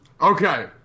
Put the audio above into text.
Okay